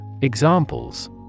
Examples